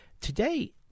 Today